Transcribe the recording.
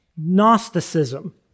Gnosticism